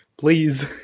Please